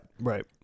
Right